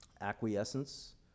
acquiescence